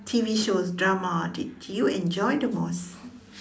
T_V shows dramas did you enjoy the most